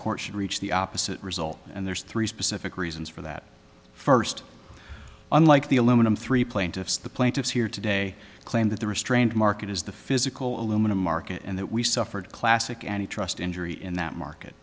should reach the opposite result and there's three specific reasons for that first unlike the aluminum three plaintiffs the plaintiffs here today claim that the restrained market is the physical aluminum market and that we suffered classic antitrust injury in that market